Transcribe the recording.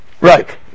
Right